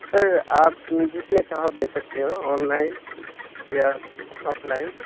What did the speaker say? سر آپ جس میں چاہو دے سکتے ہو آن لائن یا آف لائن